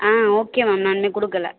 ஆ okay ma'am நான் இனிமேல் கொடுக்கல